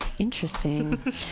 Interesting